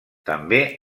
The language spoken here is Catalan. també